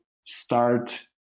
start